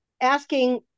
asking